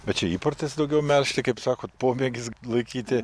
bet čia įprotis daugiau melžti kaip sakot pomėgis laikyti